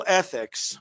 ethics